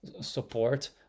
support